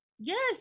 Yes